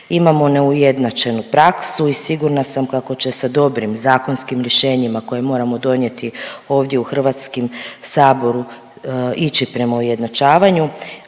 Imamo neujednačenu praksu i sigurna sam kako će se dobrim zakonskim rješenjima koje moramo donijeti ovdje u HS-u ići prema ujednačavanju,